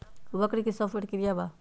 वक्र कि शव प्रकिया वा?